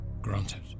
Granted